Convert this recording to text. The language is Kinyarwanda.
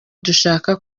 dushaka